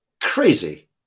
crazy